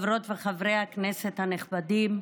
חברות וחברי הכנסת הנכבדים,